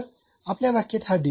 तर आपल्या व्याख्येत हा आहे